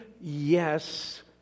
yes